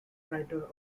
writer